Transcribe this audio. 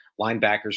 linebackers